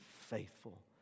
faithful